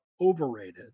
overrated